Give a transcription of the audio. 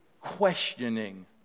questioning